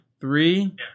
three